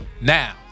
now